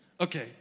Okay